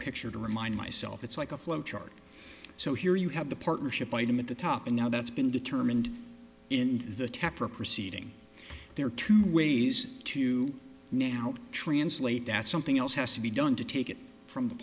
picture to remind myself it's like a flow chart so here you have the partnership item at the top and now that's been determined in the tepper proceeding there are two ways to now translate that something else has to be done to take it from the